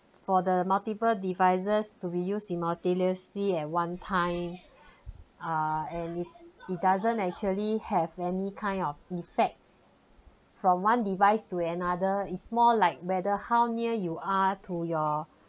for the multiple devices to be used simultaneously at one time uh and it's it doesn't actually have any kind of effect from one device to another is more like whether how near you are to your